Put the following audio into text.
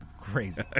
crazy